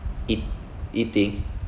eat~ eating